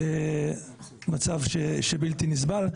מצב שהוא בלתי נסבל.